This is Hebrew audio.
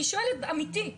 אני שואלת אמיתי.